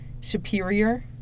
superior